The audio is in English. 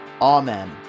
Amen